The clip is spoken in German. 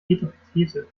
etepetete